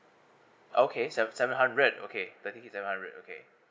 okay sev~ seven hundred okay the thing is seven hundred okay